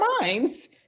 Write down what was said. minds